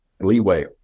leeway